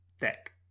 deck